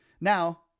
now